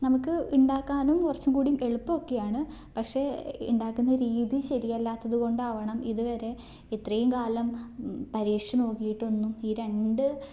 നമുക്ക് ഉണ്ടാക്കാനും കുറച്ചും കൂടി എളുപ്പമാണ് ഒക്കെയാണ് പക്ഷേ ഉണ്ടാക്കുന്ന രീതി ശരിയല്ലാത്തത് കൊണ്ടാവണം ഇതുവരെ ഇത്രയും കാലം പരീക്ഷിച്ച് നോക്കിയിട്ടൊന്നും ഈ രണ്ട്